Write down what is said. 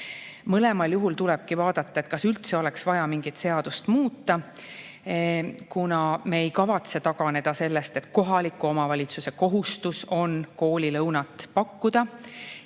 Mõlemal juhul tulebki vaadata, kas üldse on vaja mingit seadust muuta, kuna me ei kavatse taganeda sellest, et kohaliku omavalitsuse kohustus on koolilõunat pakkuda.